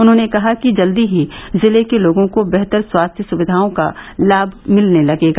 उन्होंने कहा कि जल्द ही जिले के लोगों को बेहतर स्वास्थ्य सुविधाओं का लाभ मिलने लगेगा